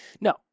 No